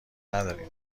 نداریم